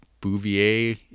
Bouvier